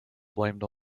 blamed